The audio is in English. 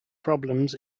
problems